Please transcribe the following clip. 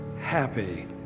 happy